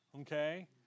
okay